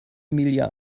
emilia